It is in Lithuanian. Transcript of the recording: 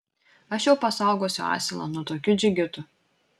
aš jau pasaugosiu asilą nuo tokių džigitų